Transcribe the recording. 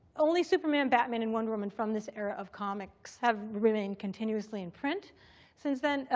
only superman, batman, and wonder woman from this era of comics have remained continuously in print since then.